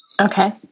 Okay